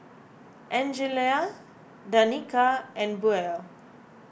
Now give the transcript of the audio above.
Angelia Danika and Buell